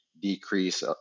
decrease